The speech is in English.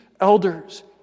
elders